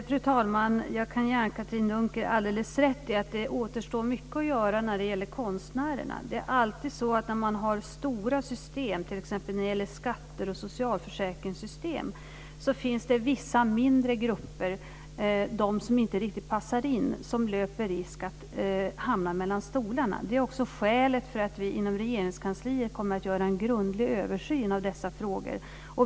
Fru talman! Jag kan ge Anne-Katrine Dunker alldeles rätt i att det återstår mycket att göra när det gäller konstnärerna. Det är alltid så när man har stora system, t.ex. när det gäller skatter och socialförsäkringssystem, att det finns vissa mindre grupper, som inte riktigt passar in, som löper risk att hamna mellan stolarna. Det är också skälet till att vi inom Regeringskansliet kommer att göra en grundlig översyn av dessa frågor.